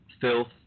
filth